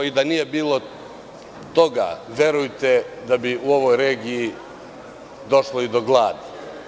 Da nije bilo toga, verujte da bi u ovoj regiji došlo i do gladi.